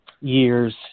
years